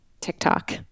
TikTok